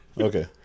Okay